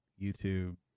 YouTube